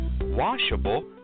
washable